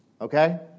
Okay